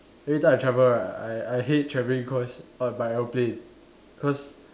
every time I travel right I I hate travelling cause err by aeroplane cause